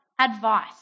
advice